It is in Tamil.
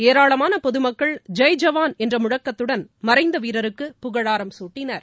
ஏராளமான பொதுமக்கள் ஜெய் ஜவான் என்ற முழக்கத்துடன் மறைந்த வீரருக்கு புகழாரம் சூட்டினர்